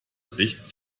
sicht